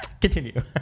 Continue